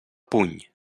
puny